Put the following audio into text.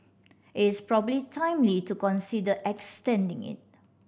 it's probably timely to consider extending it